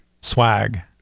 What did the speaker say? swag